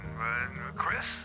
Chris